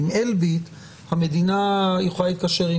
עם אלביט המדינה יכולה להתקשר,